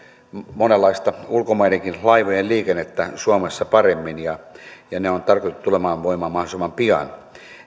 monenlaista ulkomaistenkin laivojen liikennettä suomessa paremmin muutokset on tarkoitettu tulemaan voimaan mahdollisimman pian